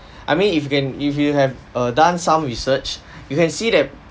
I mean if you can if you have err done some research you can see that